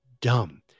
Dumb